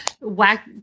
whack